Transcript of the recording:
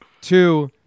two